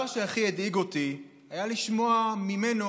הדבר שהכי הדאיג אותי היה לשמוע ממנו